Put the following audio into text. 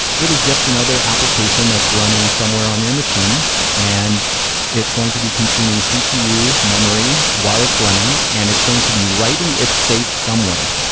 it is just another application that's running somewhere on your machine and it's going to be consuming cpu memory ah while it's running and it's going to be writing its states somewhere.